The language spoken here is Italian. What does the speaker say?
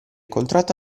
contratto